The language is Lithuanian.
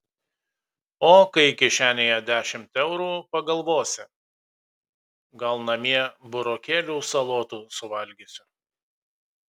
o kai kišenėje dešimt eurų pagalvosi gal namie burokėlių salotų suvalgysiu